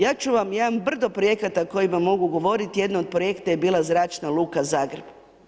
Ja ću vam, ja imam brdo projekata o kojima mogu govoriti, jedan od projekta je bila Zračna luka Zagreb.